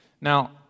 Now